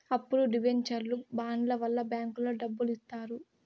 అప్పులు డివెంచర్లు బాండ్ల వల్ల బ్యాంకులో డబ్బులు ఇత్తారు